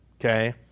Okay